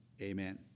Amen